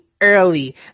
early